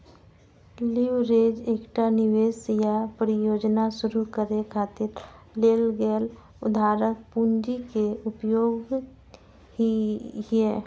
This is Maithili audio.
लीवरेज एकटा निवेश या परियोजना शुरू करै खातिर लेल गेल उधारक पूंजी के उपयोग छियै